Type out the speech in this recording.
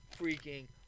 freaking